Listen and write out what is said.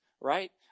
right